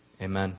Amen